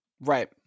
Right